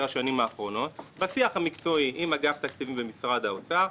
השנים האחרונות בשיח המקצועי עם אגף התקציבים ומשרד האוצר,